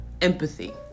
empathy